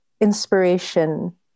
inspiration